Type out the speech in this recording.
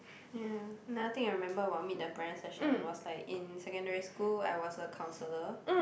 ya another thing I remembered while meet the parent session was like in secondary school I was a councilor